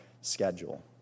schedule